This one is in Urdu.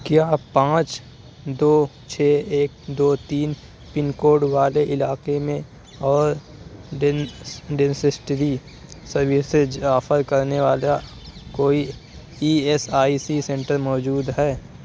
کیا پانچ دو چھ ایک دو تین پن کوڈ والے علاقے میں اور ڈینسسٹری سروسج آفر کرنے والا کوئی E S I C centre موجود ہے